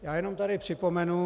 Já jenom tady připomenu.